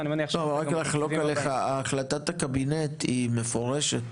ואני מניח --- רק לחלוק עליך החלטת הקבינט היא מפורשת.